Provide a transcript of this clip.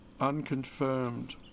unconfirmed